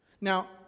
Now